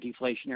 deflationary